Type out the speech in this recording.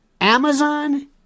Amazon